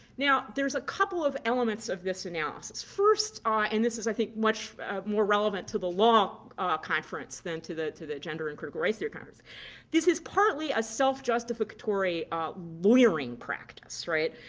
now there's a couple of elements of this analysis. first ah and this is i think much more relevant to the law conference than to the to the gender and critical race theory conference this is partly a self-justificatory lawyering practice right?